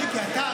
אבל מיקי,